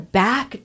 back